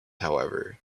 however